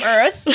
Earth